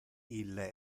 ille